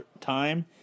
time